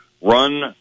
run